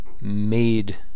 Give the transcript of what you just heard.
made